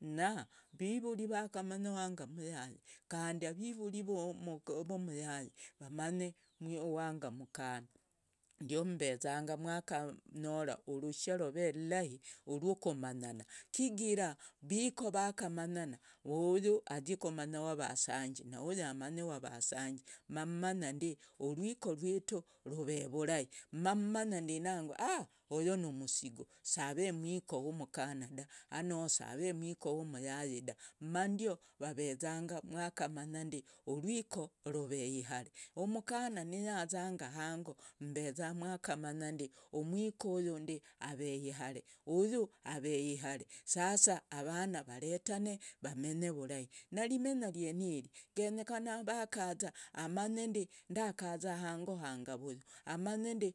Na vivuri vakamanya wanga umuyaye. kande avivuri vumuyaye vamanye wanga umukana. ndio mumbezanga mwakanyora urushaa roveye ulahi. urwukumanyana, chigara aviko vakamanyana. huyu azie kumanya wavasangi na huyu amanye wavasangi. mamumanyane urwiko rwitu rove vurahi. Mamunyande nangwa huyu numusigu save umwiko wumukana daa ano save umwiko wumuyaye daa. ma ndio vavezanga mwakamanyana urwiko roveye ihare. Umukana niyazanga hango mumbezanga mwakamanyande umwiko huhyunde ave ihare. sasa avana varetane vamenye vurahi. na rimenya ryenire genyekana vakaza. amanyende ndakaza hango hanga vuyu. amanyende